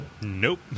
Nope